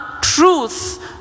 truth